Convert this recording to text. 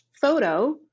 photo